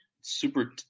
super